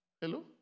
Hello